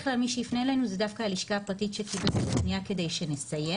מי שיפנה אלינו זה דווקא הלשכה הפרטית שקיבלה את הפניה כדי שנסייע,